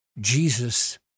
Jesus